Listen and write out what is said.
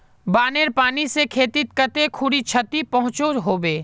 बानेर पानी से खेतीत कते खुरी क्षति पहुँचो होबे?